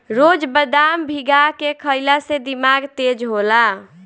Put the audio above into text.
रोज बदाम भीगा के खइला से दिमाग तेज होला